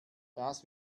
das